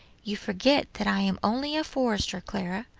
you forget that i am only a forester, clara,